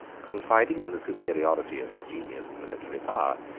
confiding in the superiority of his genius and military power,